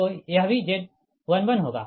तो यह भी Z11 होगा